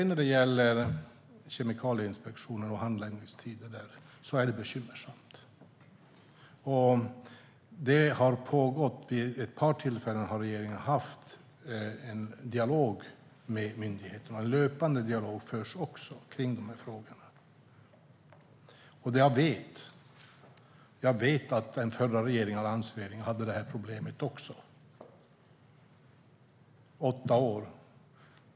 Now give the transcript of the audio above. När det gäller Kemikalieinspektionen och handläggningstiden där är det bekymmersamt, och regeringen har vid ett par tillfällen haft en dialog med myndigheten. En löpande dialog förs också kring de här frågorna. Jag vet att även alliansregeringen hade det här problemet, i åtta år.